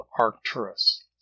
Arcturus